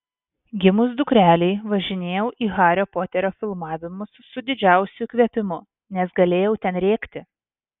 gimus dukrelei važinėjau į hario poterio filmavimus su didžiausiu įkvėpimu nes galėjau ten rėkti